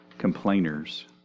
Complainers